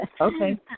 Okay